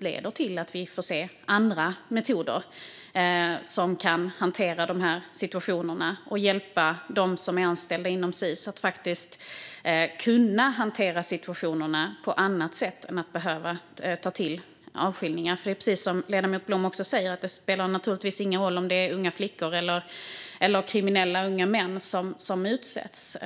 leder till andra metoder som kan hantera dessa situationer och hjälpa dem som är anställda inom Sis att kunna hantera situationerna på annat sätt än att behöva ta till avskiljningar. Precis som ledamoten Blom säger spelar det naturligtvis ingen roll om det handlar om unga flickor eller kriminella unga män som utsätts.